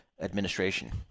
administration